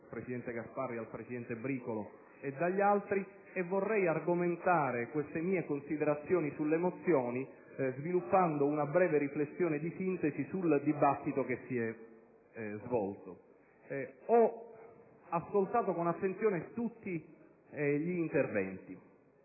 del presidente Gasparri, del presidente Bricolo e di altri. Vorrei argomentare queste mie considerazioni sulle proposte di risoluzione, sviluppando una breve riflessione di sintesi sul dibattito svoltosi. Ho ascoltato con attenzione tutti gli interventi